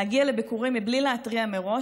להגיע לביקורים מבלי להתריע מראש,